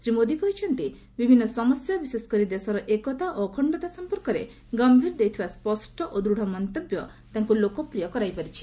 ଶ୍ରୀ ମୋଦି କହିଛନ୍ତି ବିଭିନ୍ନ ସମସ୍ୟା ବିଶେଷକରି ଦେଶର ଏକତା ଓ ଅଖଣ୍ଡତା ସଂପର୍କରେ ଗମ୍ଭୀର ଦେଇଥିବା ସ୍ୱଷ୍ଟ ଓ ଦୂଢ଼ ମନ୍ତବ୍ୟ ତାଙ୍କୁ ଲୋକପ୍ରିୟ କରାଇପାରିଛି